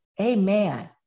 Amen